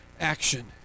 action